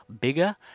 bigger